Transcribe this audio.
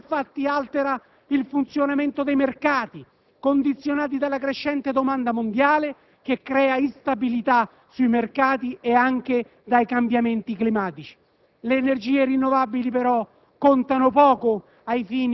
della presenza di monopolisti mondiali. Tutto ciò, infatti, altera il funzionamento dei mercati, condizionati dalla crescente domanda mondiale, che crea instabilità sui mercati, e anche dai cambiamenti climatici.